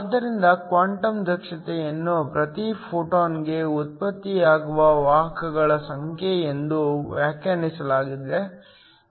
ಆದ್ದರಿಂದ ಕ್ವಾಂಟಮ್ ದಕ್ಷತೆಯನ್ನು ಪ್ರತಿ ಫೋಟಾನ್ಗೆ ಉತ್ಪತ್ತಿಯಾಗುವ ವಾಹಕಗಳ ಸಂಖ್ಯೆ ಎಂದು ವ್ಯಾಖ್ಯಾನಿಸಲಾಗಿದೆ